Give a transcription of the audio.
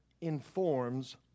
informs